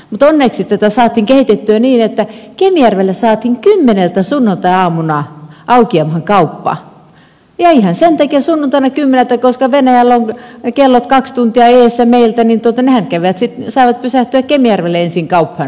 mutta onneksi tätä saatiin kehitettyä niin että kemijärvelle saatiin kymmeneltä sunnuntaiaamuna aukeamaan kauppa ja ihan sen takia sunnuntaina kymmeneltä että venäjällä ovat kellot kaksi tuntia edellä meitä niin nehän saavat pysähtyä kemijärvelle ensin kauppaan